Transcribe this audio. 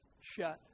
shut